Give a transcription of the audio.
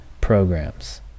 programs